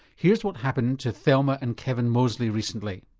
here's what happened to thelma and kevin mosely recently.